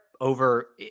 over